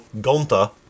Gonta